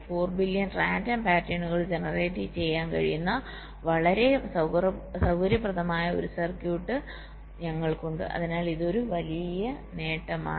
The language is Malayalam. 4 ബില്യൺ റാൻഡം പാറ്റേണുകൾ ജനറേറ്റ് ചെയ്യാൻ കഴിയുന്ന വളരെ സൌകര്യപ്രദമായ ഒരു സർക്യൂട്ട് ഞങ്ങൾക്കുണ്ട് അതിനാൽ ഇത് ഒരു വലിയ നേട്ടമാണ്